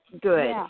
good